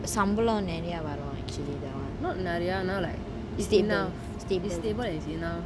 சம்பளம் நெறய வரும்:sambalam neraya varum actually that one it's stable it's enough